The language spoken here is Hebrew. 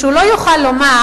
שהוא לא יוכל לומר: